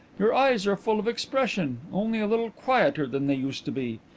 your eyes are full of expression only a little quieter than they used to be.